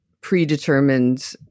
predetermined